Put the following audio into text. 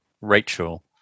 Rachel